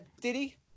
diddy